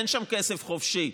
אין שם כסף חופשי,